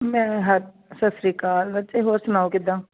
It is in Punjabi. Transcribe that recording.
ਮੈਂ ਹਾਂ ਸਤਿ ਸ਼੍ਰੀ ਅਕਾਲ ਬੱਚੇ ਹੋਰ ਸੁਣਾਓ ਕਿੱਦਾਂ